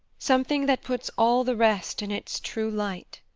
something that puts all the rest in its true light.